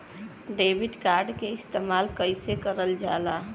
Debit card के इस्तेमाल कइसे करल जाला?